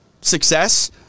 success